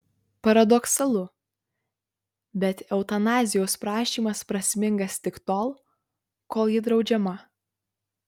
paradoksalu bet eutanazijos prašymas prasmingas tik tol kol ji draudžiama